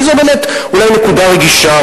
כי זו באמת אולי נקודה רגישה,